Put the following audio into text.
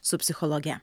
su psichologe